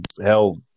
hell